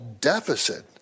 deficit